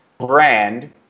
brand